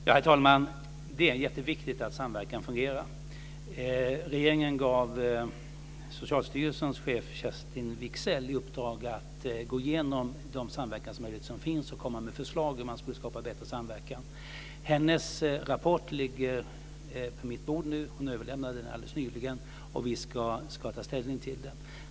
Herr talman! Det är jätteviktigt att samverkan fungerar. Regeringen gav Socialstyrelsens chef Kerstin Wigzell i uppdrag att gå igenom de samverkansmöjligheter som finns och komma med förslag till hur man skulle skapa bättre samverkan. Hennes rapport ligger på mitt bord nu. Hon överlämnade den alldeles nyligen, och vi ska ta ställning till den.